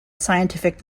scientific